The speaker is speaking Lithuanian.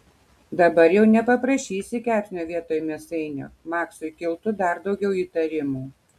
dabar jau nepaprašysi kepsnio vietoj mėsainio maksui kiltų dar daugiau įtarimų